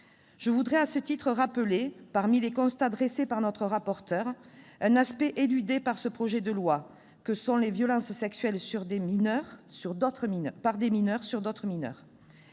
Je voudrais à ce titre rappeler, parmi les constats dressés par notre rapporteur, l'aspect éludé par ce projet de loi que sont les violences sexuelles exercées par des mineurs sur d'autres mineurs.